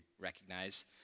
recognize